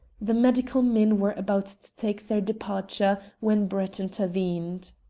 the medical men were about to take their departure when brett intervened.